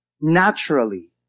naturally